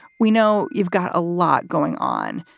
we know you've got a lot going on.